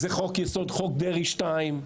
זה חוק יסוד חוק דרעי 2,